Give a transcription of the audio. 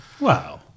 Wow